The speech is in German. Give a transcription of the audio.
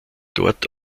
dort